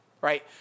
right